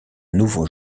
nouveau